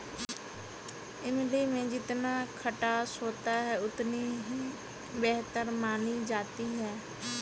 इमली में जितना खटास होता है इतनी ही बेहतर मानी जाती है